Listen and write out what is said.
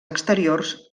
exteriors